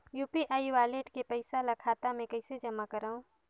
UPI wallet के पईसा ल खाता मे कइसे जमा करव?